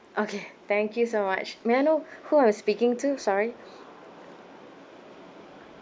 okay thank you so much may I know who am I speaking to sorry